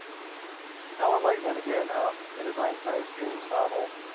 alan lightman again um in his einstein's dreams novel,